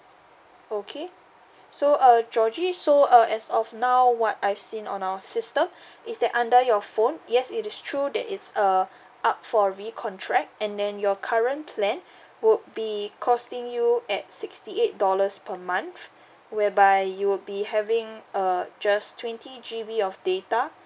okay so uh georgie so uh as of now what I've seen on our system is that under your phone yes it is true that it's uh up for recontract and then your current plan would be costing you at sixty eight dollars per month whereby you would be having uh just twenty G_B of data